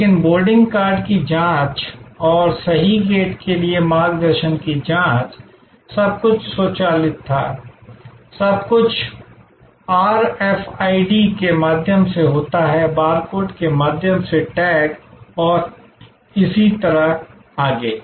लेकिन boarding card की जांच और सही गेट के लिए मार्गदर्शन की जाँच सब कुछ स्वचालित था सब कुछ आरएफआईडी के माध्यम से होता है बारकोड के माध्यम से टैग और इसी तरह आगे